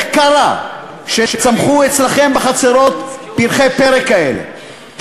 קרה שצמחו אצלכם בחצרות פרחי פרא כאלה,